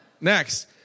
Next